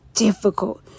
difficult